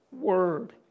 word